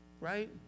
Right